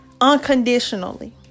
unconditionally